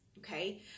Okay